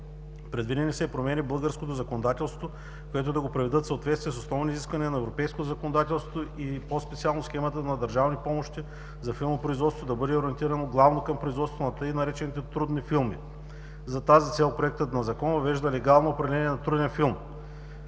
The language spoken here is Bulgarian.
предвидени са и промени в българското законодателство, които да го приведат в съответствие с основни изисквания на европейското законодателство и по-специално схемата на държавни помощи за филмопроизводство да бъде ориентирано главно към производството на тъй наречените „трудни филми“. За тази цел Проектът на Закон въвежда легално определение на „труден филм“,